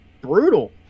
brutal